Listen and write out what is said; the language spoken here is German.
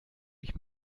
ich